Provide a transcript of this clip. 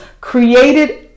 created